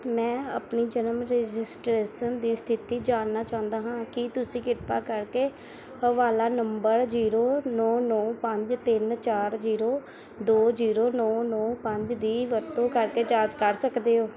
ਮੈਂ ਆਪਣੀ ਜਨਮ ਰਜਿਸਟ੍ਰੇਸ਼ਨ ਦੀ ਸਥਿਤੀ ਜਾਣਨਾ ਚਾਹੁੰਦਾ ਹਾਂ ਕੀ ਤੁਸੀਂ ਕਿਰਪਾ ਕਰਕੇ ਹਵਾਲਾ ਨੰਬਰ ਜ਼ੀਰੋ ਨੌਂ ਨੌਂ ਪੰਜ ਤਿੰਨ ਚਾਰ ਜ਼ੀਰੋ ਦੋ ਜ਼ੀਰੋ ਨੌਂ ਨੌਂ ਪੰਜ ਦੀ ਵਰਤੋਂ ਕਰਕੇ ਜਾਂਚ ਕਰ ਸਕਦੇ ਹੋ